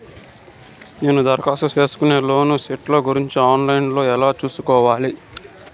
నేను దరఖాస్తు సేసుకున్న లోను స్టేటస్ గురించి ఆన్ లైను లో ఎలా సూసుకోవాలి?